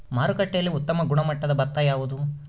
ಮಾರುಕಟ್ಟೆಯಲ್ಲಿ ಉತ್ತಮ ಗುಣಮಟ್ಟದ ಭತ್ತ ಯಾವುದು?